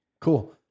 Cool